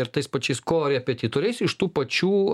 ir tais pačiais korepetitoriais iš tų pačių